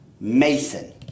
Mason